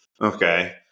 okay